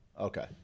Okay